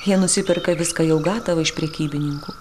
jie nusiperka viską jau gatavą iš prekybininkų